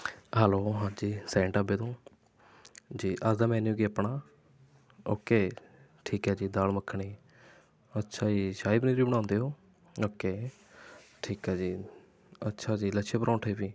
hello ਹਾਂਜੀ ਸੇਨ ਢਾਬੇ ਤੋਂ ਜੀ ਅੱਜ ਦਾ ਮੈਨਿਊ ਕੀ ਆਪਣਾ ਓਕੇ ਠੀਕ ਹੈ ਜੀ ਦਾਲ ਮੱਖਣੀ ਅੱਛਾ ਜੀ ਸ਼ਾਹੀ ਪਨੀਰ ਵੀ ਬਣਾਉਂਦੇ ਹੋ ਓਕੇ ਠੀਕ ਹੈ ਜੀ ਅੱਛਾ ਜੀ ਲੱਛੇ ਪਰੋਂਠੇ ਵੀ